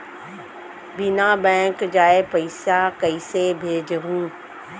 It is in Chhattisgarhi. बिना बैंक जाए पइसा कइसे भेजहूँ?